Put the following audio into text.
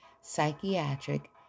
psychiatric